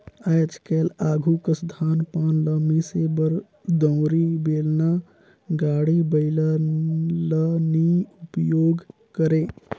आएज काएल आघु कस धान पान ल मिसे बर दउंरी, बेलना, गाड़ी बइला ल नी उपियोग करे